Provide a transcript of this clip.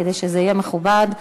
כדי שזה יהיה מכובד.